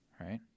right